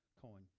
coin